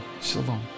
Shalom